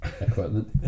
equipment